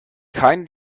keine